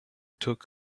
took